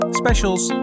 specials